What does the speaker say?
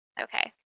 Okay